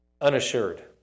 unassured